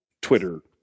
Twitter